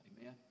Amen